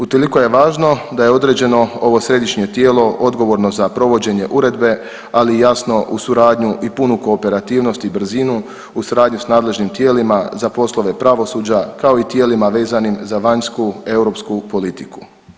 Utoliko je važno da je određeno ovo središnje tijelo odgovorno za provođenje uredbe, ali i jasno u suradnju i punu kooperativnost i brzinu u suradnji s nadležnim tijelima za poslove pravosuđa, kao i tijelima vezanim za vanjsku europsku politiku.